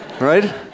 Right